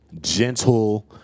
gentle